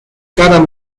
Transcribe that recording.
kara